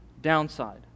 downside